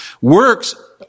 works